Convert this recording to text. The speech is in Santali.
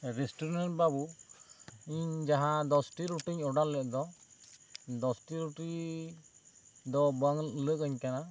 ᱨᱮᱥᱴᱩᱨᱮᱱᱴ ᱵᱟᱹᱵᱩ ᱤᱧ ᱡᱟᱦᱟᱸ ᱫᱚᱥ ᱴᱤ ᱨᱩᱴᱤ ᱤᱧ ᱳᱰᱟᱨ ᱞᱮᱫ ᱫᱚ ᱫᱚᱥ ᱴᱤ ᱨᱩᱴᱤ ᱫᱚ ᱵᱟᱝ ᱞᱮᱠ ᱟ ᱧ ᱠᱟᱱᱟ